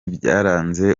byaranze